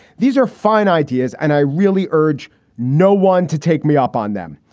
these are fine ideas and i really urge no one to take me up on them.